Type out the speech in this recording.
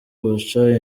guca